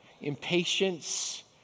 impatience